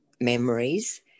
memories